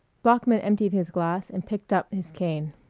bloeckman emptied his glass and picked up his cane.